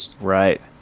Right